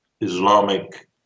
Islamic